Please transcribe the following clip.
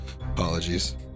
Apologies